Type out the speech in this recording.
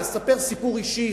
אספר סיפור אישי,